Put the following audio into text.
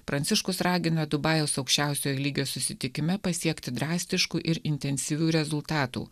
pranciškus ragina dubajaus aukščiausiojo lygio susitikime pasiekti drastiškų ir intensyvių rezultatų